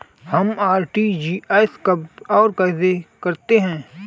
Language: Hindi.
हम आर.टी.जी.एस कब और कैसे करते हैं?